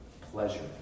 pleasure